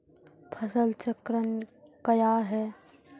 फसल चक्रण कया हैं?